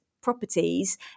properties